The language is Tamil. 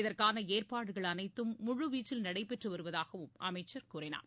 இதற்கான ஏற்பாடுகள் அனைத்தும் முழுவீச்சில் நடைபெற்று வருவதாகவும் அமைச்சர் கூறினார்